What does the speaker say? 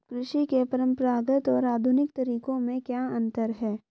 कृषि के परंपरागत और आधुनिक तरीकों में क्या अंतर है?